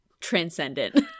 transcendent